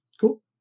Cool